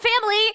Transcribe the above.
family